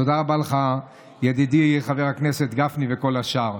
תודה רבה לך, ידידי חבר הכנסת גפני, ולכל השאר.